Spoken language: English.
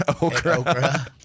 okra